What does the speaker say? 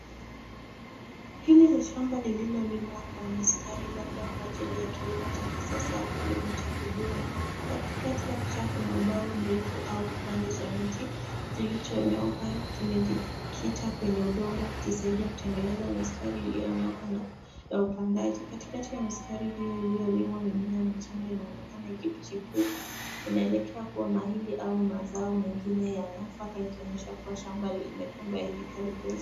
Hili ni shamba lililolimwa kwa mistari labda kwa ajili ya kilimo cha kisasa au kilimo cha kudumu. Katikati ya picha kuna ubao mrefu au kipande cha miti kilichonyooka kimejikita kwenye udongo kikisaidia kutengeneza mistari iliyonyooka na upandaji. Katikati ya mistari hio iliyolimwa mimea michanga inaonekana ikichipuka. Inaelekea kuwa mahindi au mazao mengine ya nafaka ikionyesha kuwa shamba limepandwa hivi karibuni.